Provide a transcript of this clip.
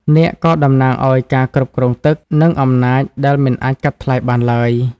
នាគក៏តំណាងឱ្យការគ្រប់គ្រងទឹក និងអំណាចដែលមិនអាចកាត់ថ្លៃបានឡើយ។